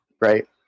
right